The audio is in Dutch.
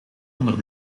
onder